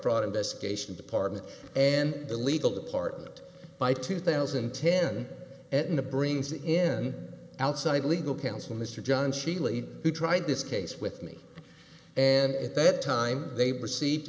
fraud investigation department and the legal department by two thousand and ten and the brings in outside legal counsel mr john sheely who tried this case with me and at that time they received